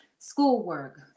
Schoolwork